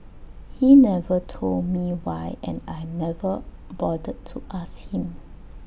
he never told me why and I never bothered to ask him